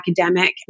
academic